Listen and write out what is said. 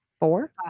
Four